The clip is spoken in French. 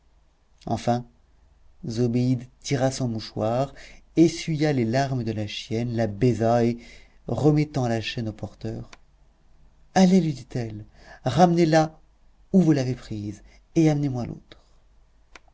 enfin zobéide tira son mouchoir essuya les larmes de la chienne la baisa et remettant la chaîne au porteur allez lui dit-elle ramenez la où vous l'avez prise et amenez-moi l'autre